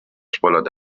spoilert